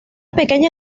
pequeña